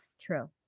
True